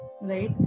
right